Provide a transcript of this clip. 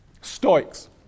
Stoics